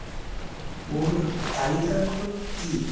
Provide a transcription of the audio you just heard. মোৰ তালিকাখন কি